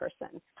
person